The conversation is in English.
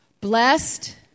Blessed